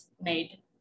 made